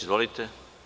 Izvolite.